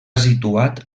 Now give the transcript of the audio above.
situat